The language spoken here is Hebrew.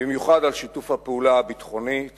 במיוחד על שיתוף הפעולה הביטחוני-הצבאי